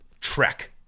trek